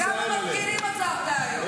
כמה מפגינים עצרת היום?